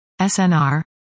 SNR